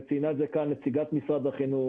וציינה את זה כאן נציגת משרד החינוך